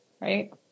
right